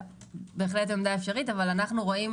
בהחלט עמדה אפשרית, אבל אנחנו רואים